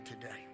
today